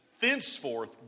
thenceforth